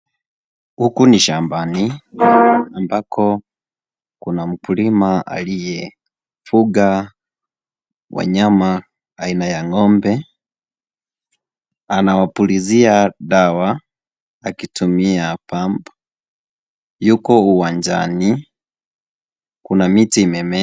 Huku ni shambani, ambako kuna mkulima anayefuga wanyama aina ya ng'ombe, anawapulizia dawa akitumia pump . Yuko uwanjani kuna miti imemea.